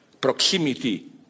proximity